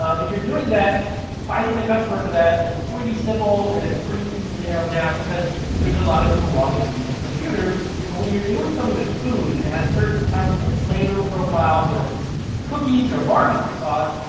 ah if you're doing that finding a customer for that is pretty simple and it's pretty easy to narrow down because there's a lot of people who obviously use computers but when you're doing something with food and has certain types of flavor profiles or if it's cookies or barbecue sauce,